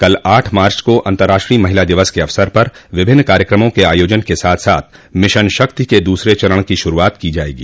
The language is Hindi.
कल आठ मार्च को अंतर्राष्ट्रीय महिला दिवस के अवसर पर विभिन्न कार्यक्रमों के आयोजन के साथ साथ मिशन शक्ति के दूसरे चरण की शुरूआत की जायेगी